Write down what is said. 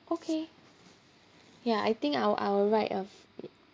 okay ya I think I'll I'll write a f~